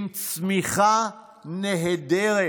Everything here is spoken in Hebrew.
עם צמיחה נהדרת,